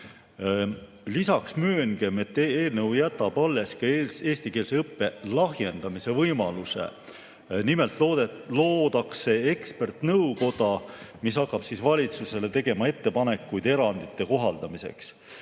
Lisaks mööngem, et eelnõu jätab alles ka eestikeelse õppe lahjendamise võimaluse. Nimelt luuakse ekspertnõukoda, mis hakkab valitsusele tegema ettepanekuid erandite kohaldamiseks.